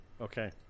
okay